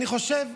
אני חושב,